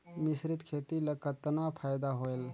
मिश्रीत खेती ल कतना फायदा होयल?